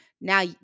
now